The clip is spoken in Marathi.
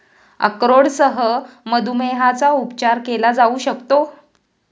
अक्रोडसह मधुमेहाचा उपचार केला जाऊ शकतो